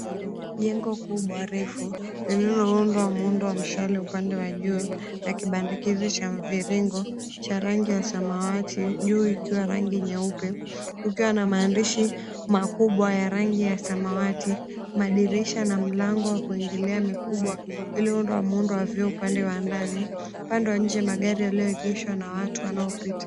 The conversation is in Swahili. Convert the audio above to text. Jengo kubwa refu lililoundwa muundo wa mshale upande wa juu na kibandikizi cha mviringo cha rangi ya samawati juu ikiwa rangi nyeupe, kukiwa na maandishi makubwa ya rangi ya samawati, madirisha na mlango wa kuingilia mikubwa iliyoundwa muundo wa vio upande wa ndani, upande wa nje magari yaliyoegeshwa na watu wanaopita.